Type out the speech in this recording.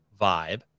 vibe